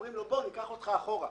אומרים לו: ניקח אותך אחורה.